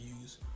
use